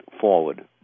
forward